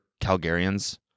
Calgarians